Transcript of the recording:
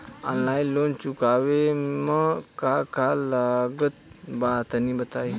Online loan चुकावे म का का लागत बा तनि बताई?